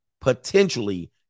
Potentially